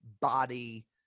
body